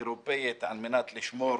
אירופית, על מנת לשמור